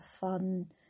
fun